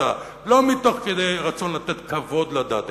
לא מתוך רצון לתת כבוד לדת,